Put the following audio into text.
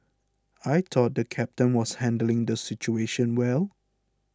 I thought the captain was handling the situation well